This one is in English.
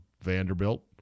Vanderbilt